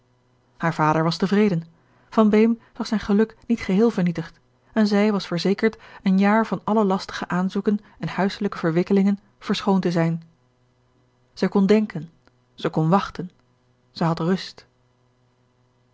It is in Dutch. haar vader was tevreden van beem zag zijn geluk niet geheel vernietigd en zij was verzekerd een jaar van alle lastige aanzoeken en huiselijke verwikkelingen verschoond te zijn zij kon denken zij kon wachten zij had rust